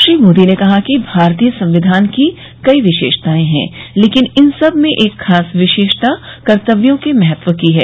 श्री मोदी ने कहा कि भारतीय संविधान की कई विशेषताएं हैं लेकिन इन सब में एक खास विशेषता कर्तव्यों के महत्व की है